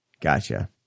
Gotcha